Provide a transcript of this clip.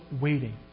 waiting